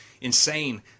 insane